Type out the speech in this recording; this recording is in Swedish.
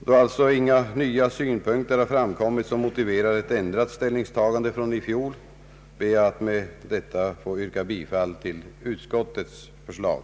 Då alltså inga nya synpunkter har framkommit som motiverar ett ändrat ställningstagande från i fjol, ber jag att med dessa ord få yrka bifall till utskottets förslag.